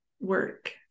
work